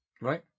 Right